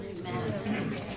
Amen